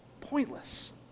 pointless